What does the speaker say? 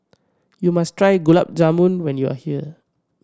you must try Gulab Jamun when you are here